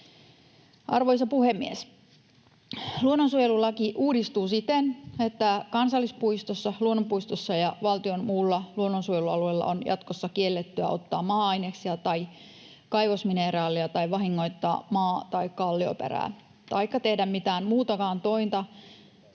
Arvoisa puhemies! Luonnonsuojelulaki uudistuu siten, että kansallispuistossa, luonnonpuistossa ja valtion muulla luonnonsuojelualueella on jatkossa kiellettyä ottaa maa-aineksia tai kaivosmineraaleja tai vahingoittaa maa- tai kallioperää taikka tehdä mitään muitakaan toimia,